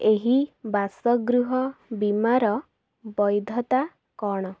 ଏହି ବାସଗୃହ ବୀମାର ବୈଧତା କ'ଣ